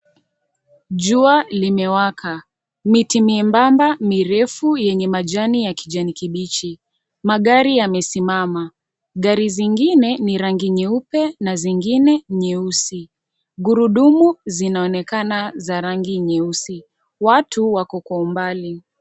Jua limewaka. Miti mebamba mirefu yenye majani ya kijani kibichi. Magari yamesimama. Gari zingine ni rangi nyeupe na zingine nyeusi. Gurudumu zinaonekana za rangi nyeusi. Watu wako kwa umbali.